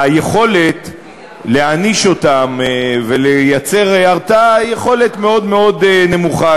היכולת להעניש אותם ולייצר הרתעה היא יכולת מאוד מאוד נמוכה.